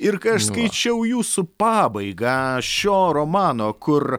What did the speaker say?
ir aš skaičiau jūsų pabaigą šio romano kur